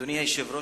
אדוני היושב-ראש,